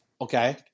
Okay